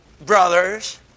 Brothers